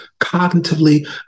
cognitively